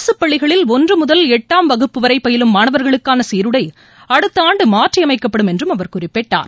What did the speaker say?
அரசு பள்ளிகளில் ஒன்று முதல் எட்டாம் வகுப்பு வரை பயிலும் மாணவர்களுக்கான சீருடை அடுத்த ஆண்டு மாற்றியமைக்கப்படும் என்றும் அவர் குறிப்பிட்டார்